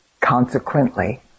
Consequently